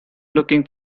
looking